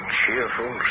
cheerful